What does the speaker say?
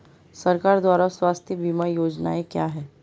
सरकार द्वारा स्वास्थ्य बीमा योजनाएं क्या हैं?